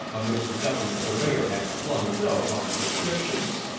on which the government surveyor had long ago marked the descriptions.